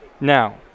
Now